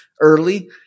early